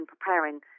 preparing